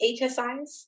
HSIs